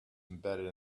embedded